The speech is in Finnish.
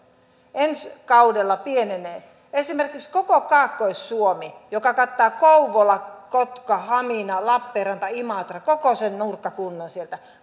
ensi kaudella pienenevät esimerkiksi koko kaakkois suomeen joka kattaa kouvolan kotkan haminan lappeenrannan imatran koko sen nurkkakunnan sieltä